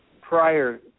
prior